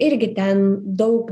irgi ten daug